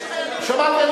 שמעתי,